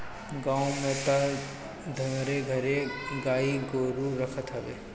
गांव में तअ घरे घरे गाई गोरु रखत हवे